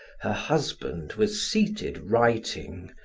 her husband was seated writing,